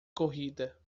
corrida